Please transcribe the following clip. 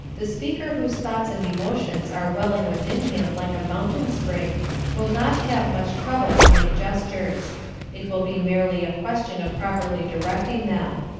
the speaker whose thoughts and emotions are welling within him like a mountain spring will not have much trouble to make gestures it will be merely a question of properly directing them.